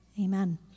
Amen